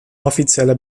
offizieller